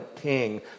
king